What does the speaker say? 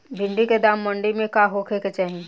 भिन्डी के दाम मंडी मे का होखे के चाही?